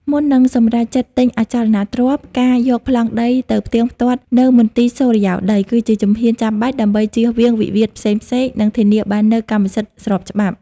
មុននឹងសម្រេចចិត្តទិញអចលនទ្រព្យ ការយកប្លង់ដីទៅផ្ទៀងផ្ទាត់នៅ មន្ទីរសុរិយោដី គឺជាជំហានចាំបាច់ដើម្បីចៀសវាងវិវាទផ្សេងៗ និងធានាបាននូវកម្មសិទ្ធិស្របច្បាប់។